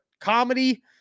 comedy